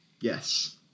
Yes